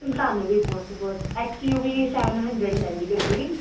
ਤੁਹਾਨੂੰ ਵੀ ਬਹੁਤ ਬਹੁਤ X U V seven hundred ਲੈ ਲਈ ਗੱਡੀ